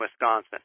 Wisconsin